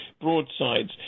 broadsides